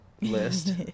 list